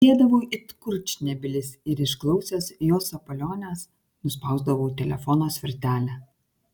tylėdavau it kurčnebylis ir išklausęs jos sapaliones nuspausdavau telefono svirtelę